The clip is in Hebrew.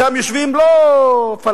שם יושבים לא פלסטינים,